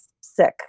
sick